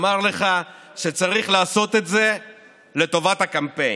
אמר לך שצריך לעשות את זה לטובת הקמפיין,